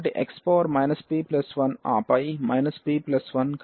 కాబట్టి x p1 ఆపై p1 కాబట్టి 1 p కూడా వస్తుంది